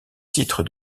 titre